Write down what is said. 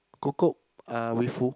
Kukup uh with who